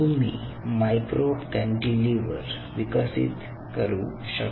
तुम्ही micro cantilever विकसित करू शकता